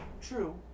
True